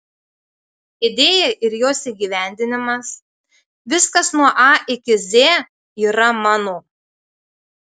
idėja ir jos įgyvendinimas viskas nuo a iki z yra mano